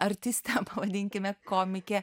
artistė vadinkime komikė